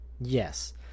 Yes